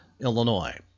Illinois